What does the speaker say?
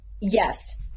yes